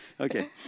Okay